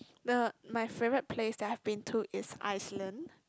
the my favourite place that I've been to is Iceland